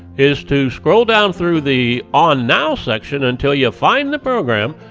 is to scroll down through the on now section until you find the program.